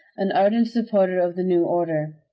an ardent supporter of the new order.